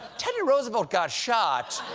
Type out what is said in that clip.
teddy roosevelt got shot,